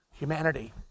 humanity